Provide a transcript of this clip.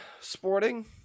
sporting